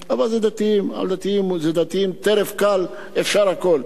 אבל זה דתיים, דתיים זה טרף קל, אפשר הכול.